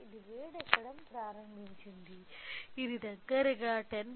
ఇది వేడెక్కడం ప్రారంభించింది ఇది దగ్గరగా 10